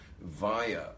via